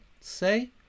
say